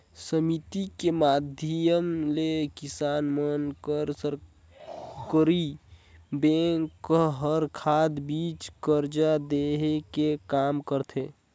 समिति के माधियम ले किसान मन बर सरकरी बेंक हर खाद, बीज, करजा देहे के काम करथे